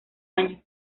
año